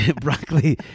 broccoli